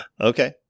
Okay